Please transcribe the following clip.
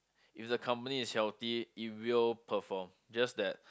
if the company is healthy it will perform just that